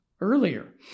earlier